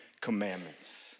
Commandments